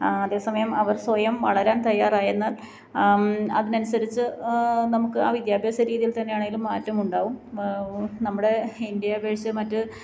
അതേസമയം അവർ സ്വയം വളരാൻ തയ്യാറായെന്നാൽ അതിനനുസരിച്ച് നമുക്ക് ആ വിദ്യാഭ്യാസരീതിയിൽ തന്നെയാണേലും മാറ്റമുണ്ടാവും നമ്മുടെ ഇന്ത്യയെ അപേക്ഷിച്ച് മറ്റ്